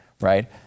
Right